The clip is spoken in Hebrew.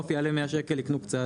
אם עוף יעלה 100 שקלים יקנו קצת,